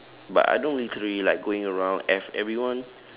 but I don't really like going around F everyone